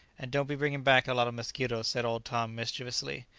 and don't be bringing back a lot of mosquitoes, said old tom mischievously.